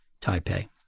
Taipei